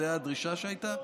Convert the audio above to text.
זו הדרישה שהייתה?